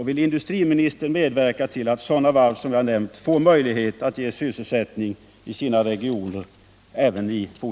Vill industriministern medverka till att sådana varv som jag har nämnt även i fortsättningen får möjlighet att ge sysselsättning i sina regioner?